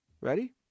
Ready